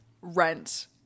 Rent